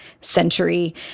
century